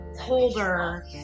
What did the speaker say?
holder